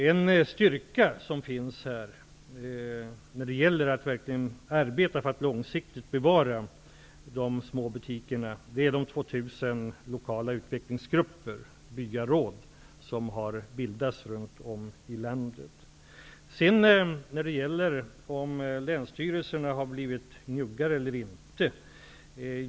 En styrka när det gäller att arbeta för att långsiktigt bevara de små butikerna är de 2 000 lokala utvecklingsgrupper, dvs. nya råd, som har bildats runt om i landet. Så till frågan om huruvida länsstyrelserna har blivit njuggare eller inte.